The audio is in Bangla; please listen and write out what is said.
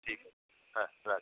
ঠিক হ্যাঁ রাখ